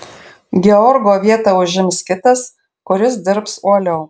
georgo vietą užims kitas kuris dirbs uoliau